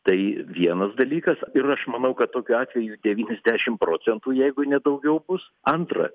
tai vienas dalykas ir aš manau kad tokių atvejų devyniasdešim procentų jeigu ne daugiau bus antra